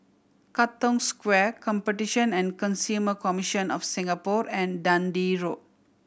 Katong Square Competition and Consumer Commission of Singapore and Dundee Road